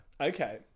Okay